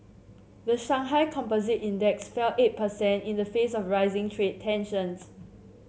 the Shanghai Composite Index fell eight present in the face of rising trade tensions